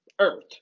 earth